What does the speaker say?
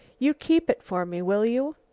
you keep it for me, will you?